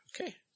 Okay